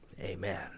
Amen